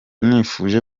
nifuje